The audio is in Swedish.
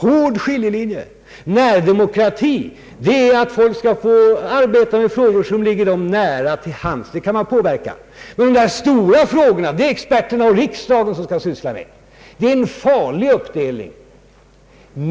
De har en hård skiljelinje. Närdemokrati är att folk skall få arbeta med och påverka frågor som ligger nära till hands. Men de stora frågorna skall experterna och riksdagen syssla med. Detta är en farlig uppdelning.